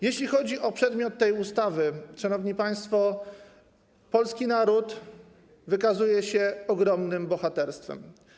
Jeśli chodzi o przedmiot tej ustawy, szanowni państwo, polski naród wykazuje się ogromnym bohaterstwem.